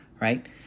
right